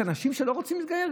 יש אנשים שלא רוצים להתגייר,